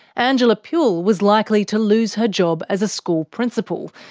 angela puhle was likely to lose her job as a school principal,